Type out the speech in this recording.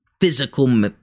physical